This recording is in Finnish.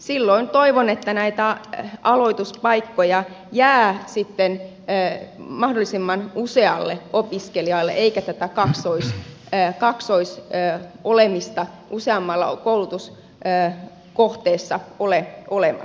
silloin toivon että näitä aloituspaikkoja jää sitten mahdollisimman usealle opiskelijalle eikä tätä kassoissa ja maksuissa ja oleellista useammalla kaksoisolemista useammassa koulutuskohteessa ole olemassa